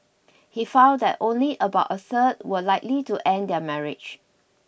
he found that only about a third were likely to end their marriage